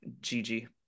Gigi